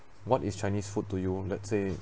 what is chinese food to you let's say